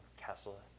Castle